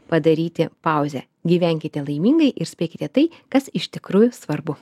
padaryti pauzę gyvenkite laimingai ir spėkite tai kas iš tikrųjų svarbu